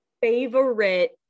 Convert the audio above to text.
favorite